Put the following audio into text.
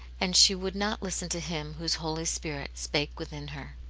and she would not listen to him whose holy spirit spake within her.